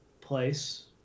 place